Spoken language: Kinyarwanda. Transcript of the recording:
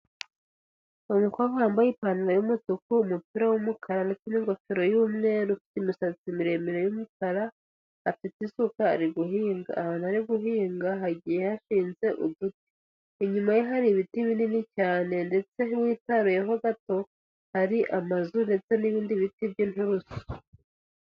Umukobwa wambaye ipantaro y'umutuku, umupira wumukara ndetse n'ingofero y'umweru, imisatsi miremire y'umukara, afite isuka ari guhinga. Ahantu ari guhinga hagiye hashinze uduti. Inyuma ye hari ibiti binini cyane, ndetse hitaruyeho gato, hari amazu ndetse n'ibindi biti by'inturusu.